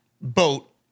boat